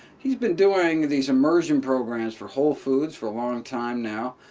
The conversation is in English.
he's been doing these immersion programs for whole foods for a long time now.